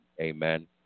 Amen